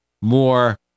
more